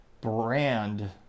brand